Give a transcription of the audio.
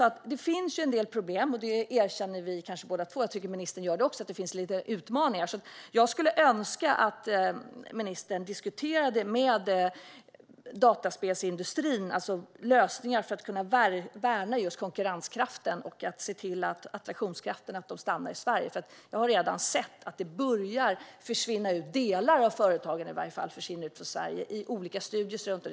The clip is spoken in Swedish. Att det finns en del problem och utmaningar erkänner både jag och ministern. Jag skulle önska att ministern diskuterade med dataspelsindustrin om lösningar för att kunna värna konkurrenskraften och höja attraktionskraften så att företagen stannar i Sverige. Jag ser redan att delar av företag börjar försvinna ut ur Sverige till olika studior runt om.